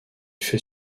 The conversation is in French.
fait